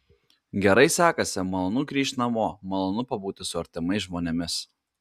gerai sekasi malonu grįžt namo malonu pabūti su artimais žmonėmis